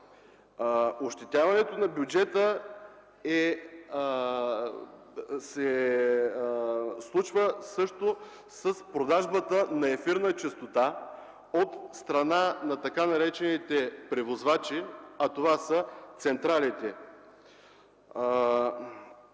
Ощетяването на бюджета се случва също и чрез продажбата на ефирна честота от страна на така наречените превозвачи, това са централите.